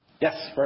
Yes